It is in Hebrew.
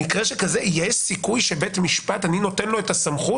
במקרה כזה אני נותן לבית משפט את הסמכות